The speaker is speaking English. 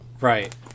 Right